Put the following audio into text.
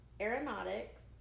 Aeronautics